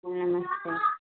हाँ क्या हुआ